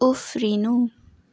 उफ्रिनु